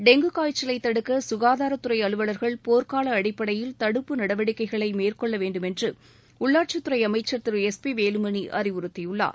dengue காய்ச்சலைத் தடுக்க சுகாதாரத்துறை அலுவலர்கள் போர்க்கால அடிப்படையில் தடுப்பு நடவடிக்கைகளை மேற்கொள்ள வேண்டுமென்று உள்ளாட்சித்துறை அமைச்சர் திரு எஸ் பி வேலுமணி அறிவுறுத்தியுள்ளார்